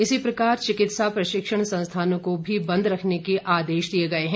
इसी प्रकार चिकित्सा प्रशिक्षण संस्थानों को भी बंद रखने के आदेश दिए गए हैं